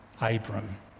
Abram